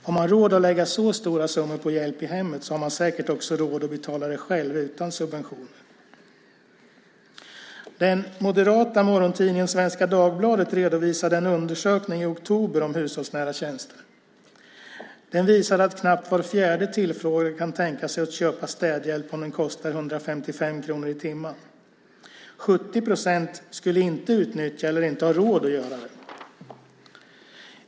Har man råd att lägga så stora summor på hjälp i hemmet har man säkert också råd att betala det själv utan subventioner. Den moderata morgontidningen Svenska Dagbladet redovisade en undersökning i oktober om hushållsnära tjänster. Den visar att knappt var fjärde tillfrågad kan tänka sig att köpa städhjälp om den kostar 155 kronor i timmen. 70 procent skulle inte utnyttja det eller ha råd att göra det.